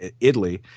Italy